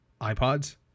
iPods